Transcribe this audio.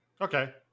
Okay